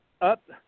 up